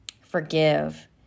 forgive